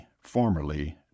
formerly